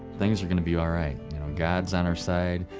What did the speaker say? things are going to be all right. god is on our side.